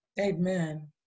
Amen